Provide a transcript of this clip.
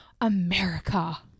America